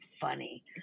funny